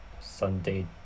Sunday